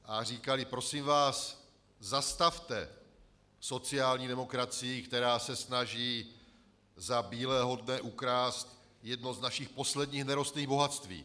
A říkali: Prosím vás, zastavte sociální demokracii, která se snaží za bílého dne ukrást jedno z našich posledních nerostných bohatství.